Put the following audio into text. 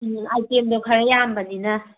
ꯎꯝ ꯑꯥꯏꯇꯦꯝꯗꯣ ꯈꯔ ꯌꯥꯝꯕꯅꯤꯅ